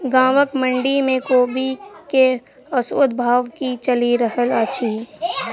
गाँवक मंडी मे कोबी केँ औसत भाव की चलि रहल अछि?